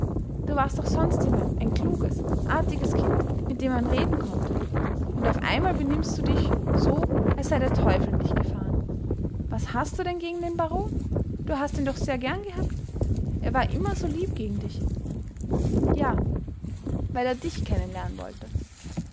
du warst doch sonst immer ein kluges artiges kind mit dem man reden konnte und auf einmal benimmst du dich so als sei der teufel in dich gefahren was hast du denn gegen den baron du hast ihn doch sehr gern gehabt er war immer so lieb gegen dich ja weil er dich kennen lernen wollte